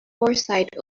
foresight